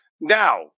Now